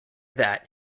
that